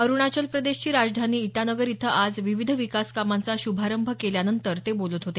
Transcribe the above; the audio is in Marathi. अरुणाचल प्रदेशची राजधानी ईटानगर इथं आज विविध विकास कामांचा श्रभारंभ केल्यानंतर ते बोलत होते